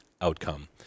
outcome